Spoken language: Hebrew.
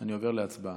אני עובר להצבעה.